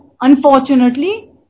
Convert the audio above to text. unfortunately